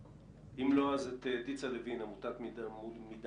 לא, אז את דיצה לוין, עמותת "מדעת".